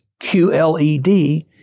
QLED